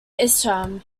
isham